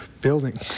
building